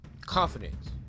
Confidence